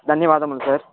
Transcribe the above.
ధన్యవాదములు సార్